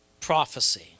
prophecy